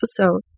episode